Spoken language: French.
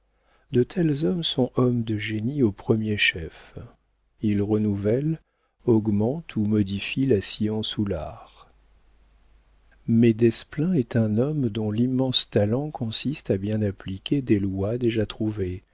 de tels hommes sont hommes de génie au premier chef ils renouvellent augmentent ou modifient la science ou l'art mais desplein est un homme dont l'immense talent consiste à bien appliquer des lois déjà trouvées